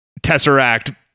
tesseract